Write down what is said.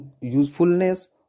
usefulness